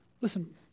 listen